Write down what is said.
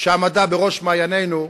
שהמדע בראש מעייננו,